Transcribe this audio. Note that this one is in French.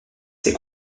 ses